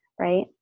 right